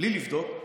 בלי לבדוק,